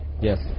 Yes